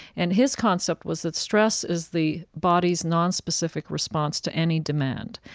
and his concept was that stress is the body's nonspecific response to any demand.